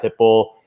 Pitbull